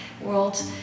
world